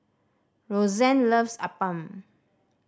Rosanne loves appam